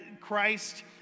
Christ